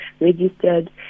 registered